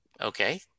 okay